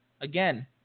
Again